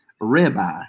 rabbi